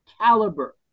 caliber